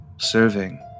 Serving